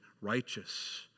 righteous